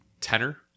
tenor